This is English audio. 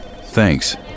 Thanks